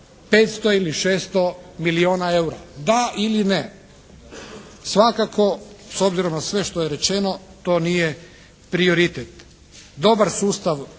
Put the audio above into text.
500 ili 600 milijona eura. Da ili ne. Svakako, s obzirom na sve što je rečeno to nije prioritet. Dobar sustav